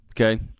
Okay